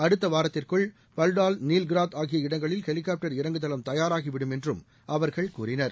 அடுத்த வாரத்திற்குள் பவ்டால் நீல்கிராத் ஆகிய இடங்களில் ஹெலிகாப்டர் இஇங்குதளம் தயாராகிவிடும் என்றும் அவர்கள் கூறினர்